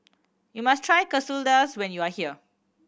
you must try Quesadillas when you are here